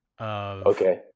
Okay